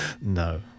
no